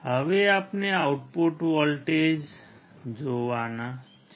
હવે આપણે output voltage જોવાનું છે